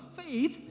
faith